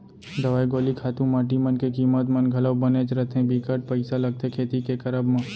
दवई गोली खातू माटी मन के कीमत मन घलौ बनेच रथें बिकट पइसा लगथे खेती के करब म